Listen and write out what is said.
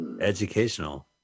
educational